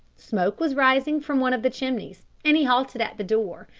smoke was rising from one of the chimneys, and he halted at the door,